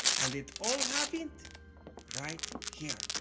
and it all happened right here.